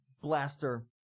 blaster